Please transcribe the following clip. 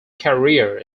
career